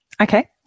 Okay